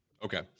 Okay